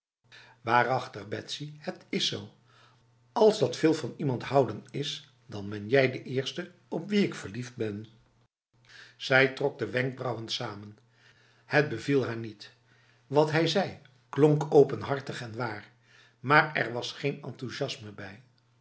waarachtig betsy het is zo als dat veel van iemand houden is dan ben jij de eerste op wie ik verliefd benf zij trok de wenkbrauwen samen het beviel haar niet wat hij zei klonk openhartig en waar maar er was geen enthousiasme bij